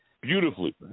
Beautifully